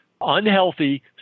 unhealthy